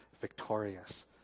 victorious